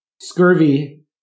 Scurvy